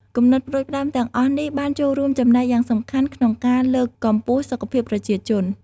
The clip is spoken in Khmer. គំនិតផ្តួចផ្តើមទាំងអស់នេះបានចូលរួមចំណែកយ៉ាងសំខាន់ក្នុងការលើកកម្ពស់សុខភាពប្រជាជន។